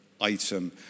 item